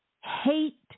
hate